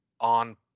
on